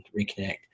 reconnect